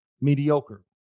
mediocre